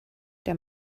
der